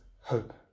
hope